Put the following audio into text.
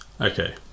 Okay